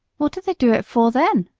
what did they do it for then?